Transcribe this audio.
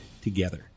together